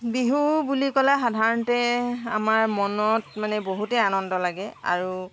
বিহু বুলি ক'লে সাধাৰণতে আমাৰ মনত মানে বহুতেই আনন্দ লাগে আৰু